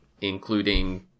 including